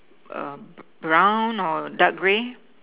a brown or dark gray